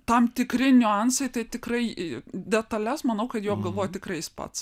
tam tikri niuansai tai tikrai detales manau kad jau apgalvojo tikrai jis pats